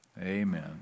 Amen